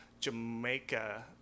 Jamaica